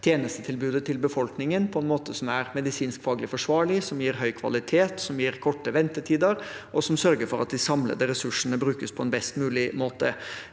tjenestetilbudet til befolkningen på en måte som er medisinskfaglig forsvarlig, gir høy kvalitet, gir korte ventetider og sørger for at de samlede ressursene brukes på en best mulig måte.